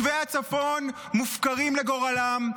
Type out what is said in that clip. למה אתה --- תושבי הצפון מופקרים לגורלם,